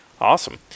awesome